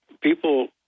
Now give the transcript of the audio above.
people